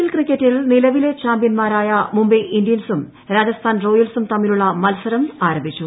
L ക്രിക്കറ്റിൽ നിലവിലെ ചാമ്പൃൻമാരായ മുംബൈ ഇന്ത്യൻസും രാജസ്ഥാൻ റോയൽസും തമ്മിലുള്ള മത്സരം ആരംഭിച്ചു